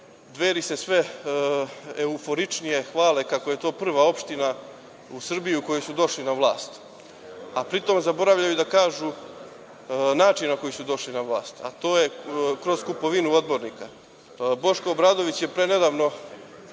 „Dveri“ se sve euforičnije hvale kako je to prva opština u Srbiji u kojoj su došli na vlast, a pri tom zaboravljaju da kažu način na koji su došli na vlast, a to je kroz kupovinu odbornika. Boško Obradović je nedavno